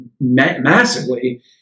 massively